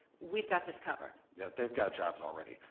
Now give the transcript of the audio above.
we've got this covered. yeah they've got jobs already,